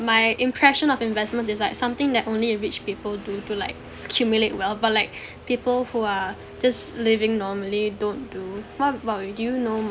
my impression of investments is like something that only rich people do to like accumulate wealth but like people who are just living normally don't do what about you do you know